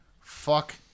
fuck